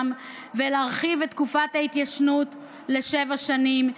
ולהרחיב את תקופת ההתיישנות לשבע שנים,